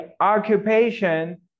occupation